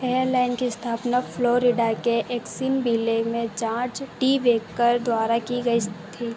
airline की स्थापना Florida के एक्सनविले में जॉर्ज टी बेकर द्वारा की गई थी